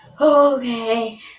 Okay